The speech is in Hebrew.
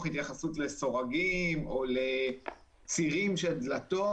התייחסות לסורגים או לצירים של דלתות,